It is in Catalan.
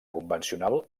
convencional